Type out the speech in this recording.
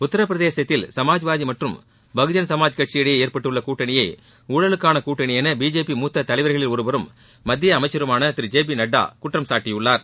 உத்தரப்பிரதேசத்தில் சமாஜ்வாதி மற்றும் பகுஜன் சமாஜ் கட்சி இடையே ஏற்பட்டுள்ள கூட்டணியை ஊழலுக்கான கூட்டணி என பிஜேபி மூத்த தலைவர்களில் ஒருவரும் மத்திய அமைச்சருமான திரு ஜே பி நட்டா குற்றம் சாட்டியுள்ளார்